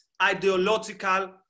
ideological